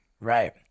Right